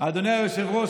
אדוני היושב-ראש,